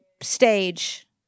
stage